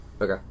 Okay